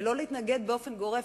ולא להתנגד באופן גורף,